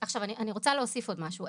עכשיו, אני רוצה להוסיף עוד משהו.